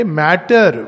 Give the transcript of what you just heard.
matter